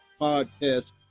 Podcast